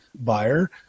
Buyer